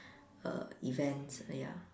err event ya